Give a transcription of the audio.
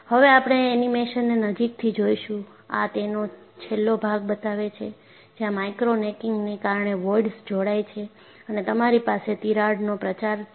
હવે આપણે એનિમેશનને નજીકથી જોઈશું આ તેનો છેલ્લો ભાગ બતાવે છે જ્યાં માઈક્રો નેકિંગને કારણે વોઈડ્સ જોડાય છે અને તમારી પાસે તિરાડનો પ્રચાર છે